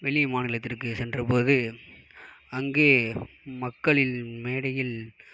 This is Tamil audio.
வெளி மாநிலத்திற்கு சென்றபோது அங்கே மக்களின் மேடையில்